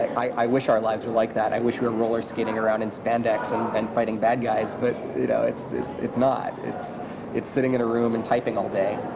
i wish our lives were like that, i wish we were roller skating around in spandex and and fighting bad guys, but you know it's it's not it's it's sitting in a room and typing all day.